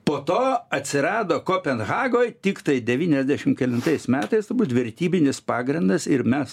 po to atsirado kopenhagoj tiktai devyniasdešim kelintais metais vertybinis pagrindas ir mes